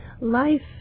life